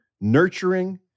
nurturing